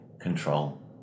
control